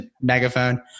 Megaphone